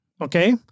Okay